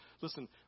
listen